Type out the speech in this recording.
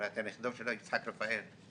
הרי אתה נכדו של יצחק רפאל,